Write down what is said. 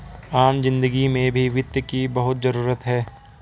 आम जिन्दगी में भी वित्त की बहुत जरूरत है